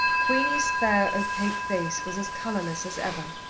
queenie's fair, opaque face was as colourless as ever,